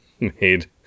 made